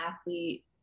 athlete